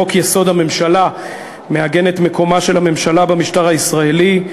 חוק-יסוד: הממשלה מעגן את מקומה של הממשלה במשטר הישראלי.